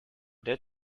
did